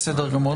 בסדר גמור.